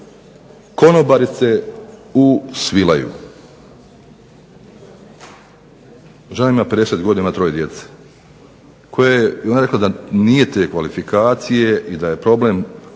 konobarice u Svilaju. Žena ima 50 godina, 3 troje djece. I ona je rekla da nije te kvalifikacije i da je problem